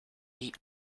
eat